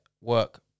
work